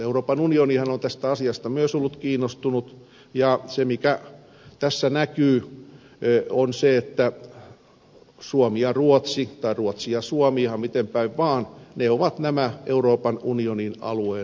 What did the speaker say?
euroopan unionihan on tästä asiasta myös ollut kiinnostunut ja se mikä tässä näkyy on se että suomi ja ruotsi tai ruotsi ja suomi ihan miten päin vaan ovat nämä euroopan unionin alueen malmirikkaat valtiot